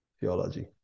theology